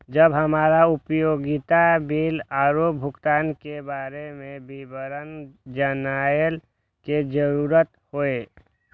जब हमरा उपयोगिता बिल आरो भुगतान के बारे में विवरण जानय के जरुरत होय?